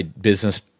business